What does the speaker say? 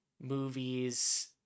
movies